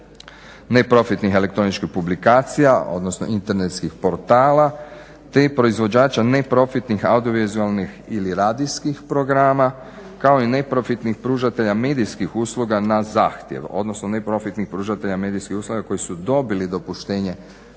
neprofitnih elektroničkih publikacija, odnosno internetskih portala te proizvođača neprofitnih audiovizualnih ili radijskih programa kao i neprofitnih pružatelja medijskih usluga na zahtjev, odnosno neprofitnih pružatelja medijskih usluga koji su dobili dopuštenje